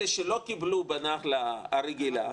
אלה שלא קיבלו בנגלה הרגילה,